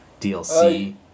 DLC